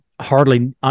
hardly